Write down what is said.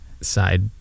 side